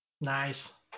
Nice